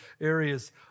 areas